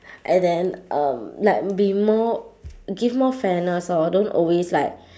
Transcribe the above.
and then um like be more give more fairness orh don't always like